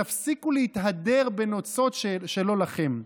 תפסיקו להתהדר בנוצות לא לכם.